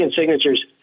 signatures